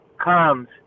comes